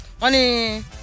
Money